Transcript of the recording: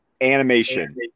animation